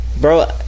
Bro